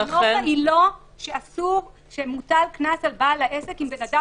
הנורמה היא לא שמוטל קנס על בעל העסק אם אדם